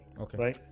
Okay